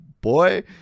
boy